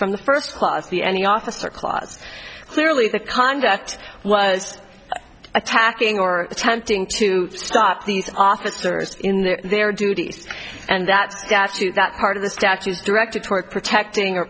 from the first class the any officer class clearly the conduct was attacking or attempting to stop these officers in their duties and that statute that part of the statute directed toward protecting